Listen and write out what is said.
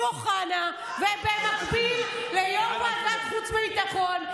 אוחנה ובמקביל ליו"ר ועדת החוץ והביטחון,